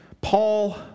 Paul